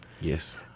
Yes